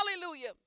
Hallelujah